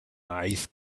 ice